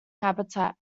habitat